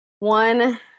one